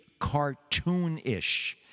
cartoonish